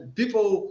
people